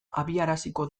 abiaraziko